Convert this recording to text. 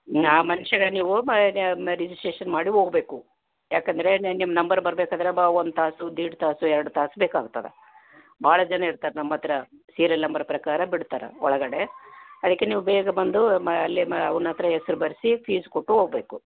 ಆ ಮನ್ಷಂಗೆ ನೀವು ರಿಜಿಸ್ಟ್ರೇಷನ್ ಮಾಡಿ ಹೋಗ್ಬೇಕು ಯಾಕಂದರೆ ನೆ ನಿಮ್ಮ ನಂಬರ್ ಬರಬೇಕಾದ್ರೆ ಬಾ ಒಂದು ತಾಸು ದೇಡ್ ತಾಸು ಎರಡು ತಾಸು ಬೇಕಾಗ್ತದೆ ಭಾಳ ಜನ ಇರ್ತಾರೆ ನಮ್ಮ ಹತ್ರ ಸೀರ್ಯಲ್ ನಂಬರ್ ಪ್ರಕಾರ ಬಿಡ್ತಾರೆ ಒಳಗಡೆ ಅದಕ್ಕೆ ನೀವು ಬೇಗ ಬಂದು ಮ ಅಲ್ಲಿ ಮ ಅವ್ನ ಹತ್ರ ಹೆಸ್ರ್ ಬರೆಸಿ ಫೀಸ್ ಕೊಟ್ಟು ಹೋಗ್ಬೇಕು